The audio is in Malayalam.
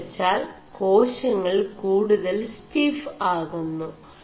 എM് െവgാൽ േകാശÆൾ കൂടുതൽ ¶ീഫ് ആകുMു